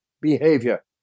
behavior